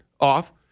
off